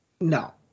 No